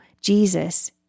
jesus